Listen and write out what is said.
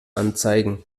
anzeigen